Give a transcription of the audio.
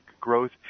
growth